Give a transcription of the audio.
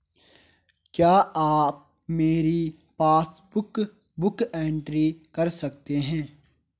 क्या आप मेरी पासबुक बुक एंट्री कर सकते हैं?